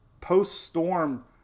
post-storm